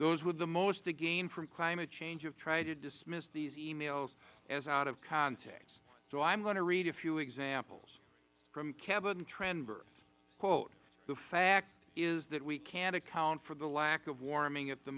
those with the most to gain from climate change have tried to dismiss these e mails as out of context so i am going to read a few examples from kevin trenberth quote the fact is that we can't account for the lack of warming at the